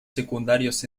secundarios